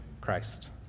Christ